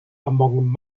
among